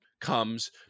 comes